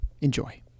Enjoy